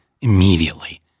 immediately